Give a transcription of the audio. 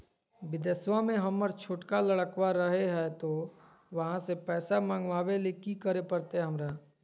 बिदेशवा में हमर छोटका लडकवा रहे हय तो वहाँ से पैसा मगाबे ले कि करे परते हमरा?